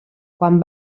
quan